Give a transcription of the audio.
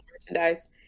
merchandise